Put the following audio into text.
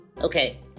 Okay